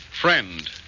Friend